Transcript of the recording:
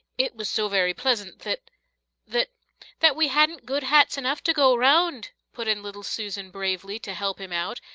it was so very pleasant that that that we hadn't good hats enough to go round put in little susan, bravely, to help him out,